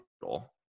total